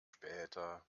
später